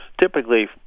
typically